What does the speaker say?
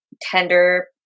tender